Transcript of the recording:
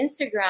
Instagram